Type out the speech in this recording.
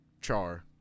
Char